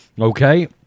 Okay